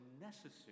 necessary